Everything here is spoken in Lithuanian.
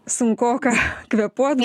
sunkoka kvėpuot